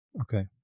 Okay